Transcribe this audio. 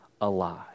alive